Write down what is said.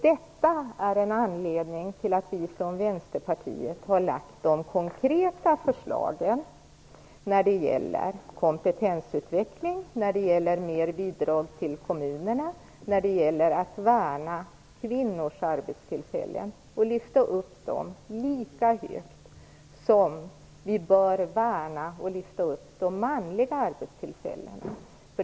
Detta är anledningen till att vi i Vänsterpartiet har lagt konkreta förslag när det gäller kompetensutveckling, när det gäller mer bidrag till kommunerna och när det gäller att värna kvinnors arbetstillfällen. Vi vill värna och lyfta fram de kvinnliga arbetstillfällena i lika hög grad som vi vill göra det med de manliga arbetstillfällena.